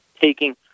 taking